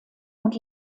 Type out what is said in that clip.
und